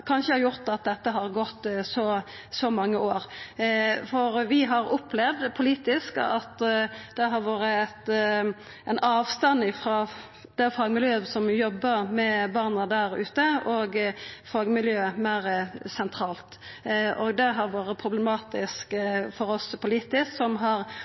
har gjort at det har gått så mange år. Vi har opplevd politisk at det har vore ein avstand frå det fagmiljøet som jobbar med barna der ute, og fagmiljøet meir sentralt. Det har vore problematisk politisk for oss, vi har hatt mange liknande vedtak tidlegare som det vi har